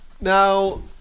Now